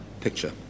picture